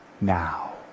now